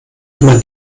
immer